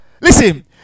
listen